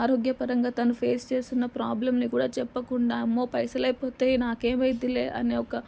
ఆరోగ్యపరంగా తను ఫేస్ చేస్తున్న ప్రాబ్లంని కూడా చెప్పకుండా అమ్మో పైసలు అయిపోతయి నాకు ఏమైద్దిలే అని ఒక